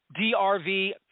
drv